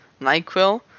NyQuil